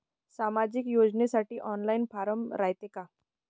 सामाजिक योजनेसाठी online form रायते का?